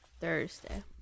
Thursday